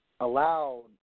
allowed